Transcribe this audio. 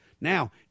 Now